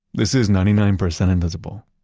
this is ninety nine percent invisible.